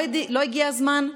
לא הגיע הזמן?